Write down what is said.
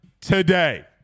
today